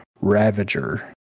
Ravager